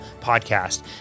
Podcast